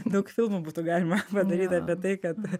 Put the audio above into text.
daug filmų būtų galima padaryt apie tai kad